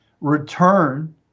return